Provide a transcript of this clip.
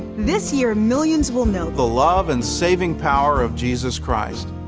this year millions will know. the love and saving power of jesus christ.